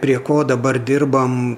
prie ko dabar dirbam